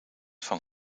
van